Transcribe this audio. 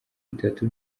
bitatu